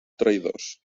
traïdors